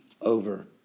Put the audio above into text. over